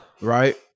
Right